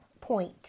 point